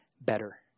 better